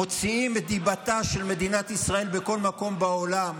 מוציאים את דיבתה של מדינת ישראל בכל מקום בעולם,